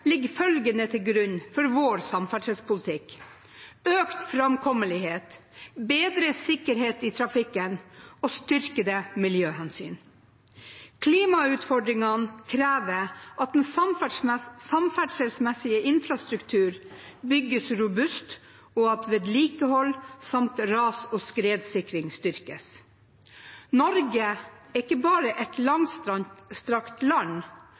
ligger følgende til grunn for vår samferdselspolitikk: økt framkommelighet, bedre sikkerhet i trafikken og styrkede miljøhensyn. Klimautfordringene krever at den samferdselsmessige infrastrukturen bygges robust, og at vedlikehold samt ras- og skredsikring styrkes. Norge er ikke bare et langstrakt land.